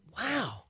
wow